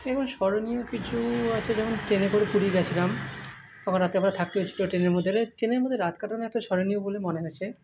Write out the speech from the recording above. এবং স্মরণীয় কিছু আছে যেমন ট্রেনে করে পুরী গেছিলাম ওখানে রাত্রেবেলায় থাকতে হয়েছিলো ট্রেনের ভেতরে ট্রেনের মধ্যে রাত কাটানো একটা স্মরণীয় বলে মনে হয়েছে